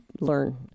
learn